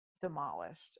demolished